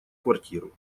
квартиру